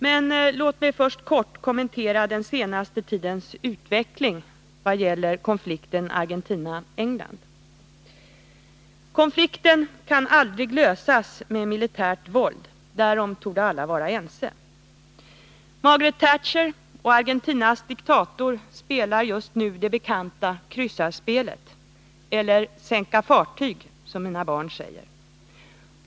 Men låt mig först helt kort kommentera den senaste tidens utveckling i vad gäller konflikten mellan Argentina och Storbritannien. Konflikten kan aldrig lösas med militärt våld — därom torde alla vara ense. Margaret Thatcher och Argentinas diktator spelar just nu det bekanta kryssarspelet, eller ”sänka fartyg”, som mina barn säger.